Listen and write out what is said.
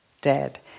dead